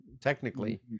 technically